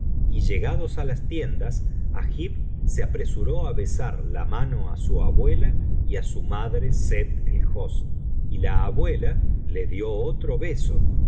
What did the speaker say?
y llegados á las tiendas agib se apresuró á besar la mano á su abuela y á su madre sett el hosn y la abuela le dio otro beso